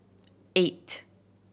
eight